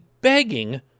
begging